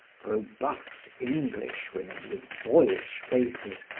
robust english women with boyish faces,